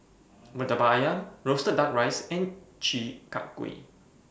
Murtabak Ayam Roasted Duck Rice and Chi Kak Kuih